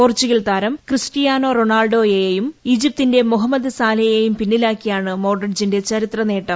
Portugal താരം Cristiano റോണാൾഡോയെയും ഈജിപ്തിന്റെ മുഹമ്മദ് സാലെയെയും പിന്നിലാക്കിയാണ് മോഡ്രിച്ചിന്റെ ചരിത്ര നേട്ടം